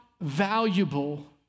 valuable